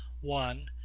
one